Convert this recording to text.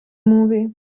movie